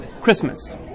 Christmas